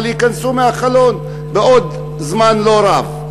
אבל ייכנסו מהחלון בעוד זמן לא רב.